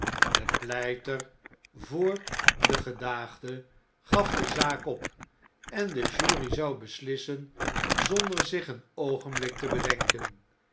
de pleiter voor de gedaagde gaf de zaak op en de jury zou beslissen zonder zich een oogenblik te bedenken